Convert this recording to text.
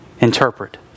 interpret